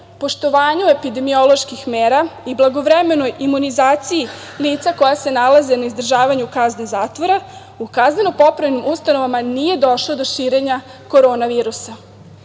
poštovanju epidemioloških mera i blagovremenoj imunizaciji lica koja se nalaze na izdržavanju kazne zatvora, u kazneno-popravnim ustanovama nije došlo do širenja korona virusa. Mere